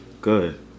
Good